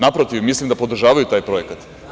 Naprotiv, mislim da podržavaju taj projekat.